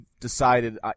decided